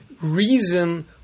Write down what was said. reason